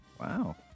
Wow